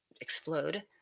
explode